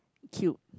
cute